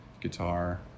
guitar